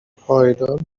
پایدار